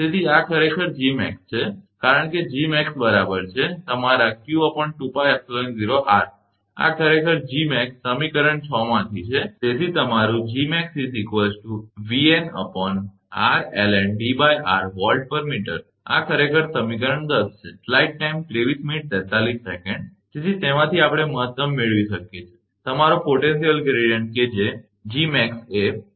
તેથી આ ખરેખર 𝐺𝑚𝑎𝑥 છે કારણ કે 𝐺𝑚𝑎𝑥 બરાબર છે તમારા 𝑞2𝜋𝜖0𝑟 આ ખરેખર 𝐺𝑚𝑎𝑥 સમીકરણ 6 માંથી છે તેથી તમારું આ ખરેખર સમીકરણ 10 છે તેથી તેમાંથી આપણે મહત્તમ મેળવી શકીએ તમારો પોટેન્શિયલ ગ્રેડીયંટ કે 𝐺𝑚𝑎𝑥 એ 𝑉𝑛𝑟